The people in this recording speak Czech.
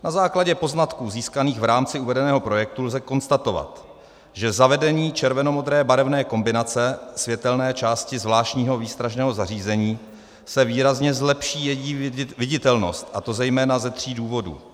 Na základě poznatků získaných v rámci uvedeného projektu lze konstatovat, že zavedením červenomodré barevné kombinace světelné části zvláštního výstražného zařízení se výrazně zlepší její viditelnost, a to zejména ze tří důvodů.